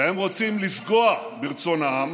והם רוצים לפגוע ברצון העם,